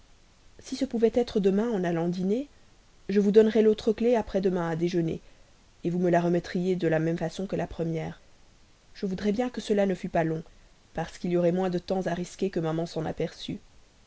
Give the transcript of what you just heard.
si ce pouvait être demain en allant dîner je vous donnerais l'autre clef après-demain à déjeuner vous me la remettriez de la même façon que la première je voudrais bien que cela ne fût pas plus long parce qu'il y aurait moins de temps à risquer que maman ne s'en aperçût